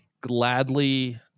gladly